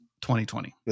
2020